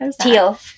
Teal